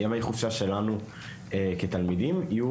בבית.